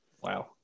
Wow